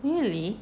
really